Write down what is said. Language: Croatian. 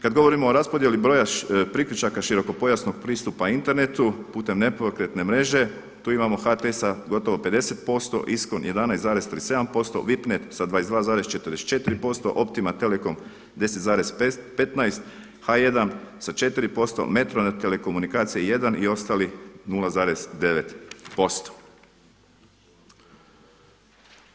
Kada govorimo o raspodjeli broja priključaka širokopojasnog pristupa internetu putem nepokretne mreže, tu imamo HT sa gotovo 50%, Iskon 11,37%, Vipnet sa 22,44%, Optima Telekom 10,15, H1 sa 4%, Metronet telekomunikacije 1 i ostali 0,9%